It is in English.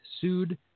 sued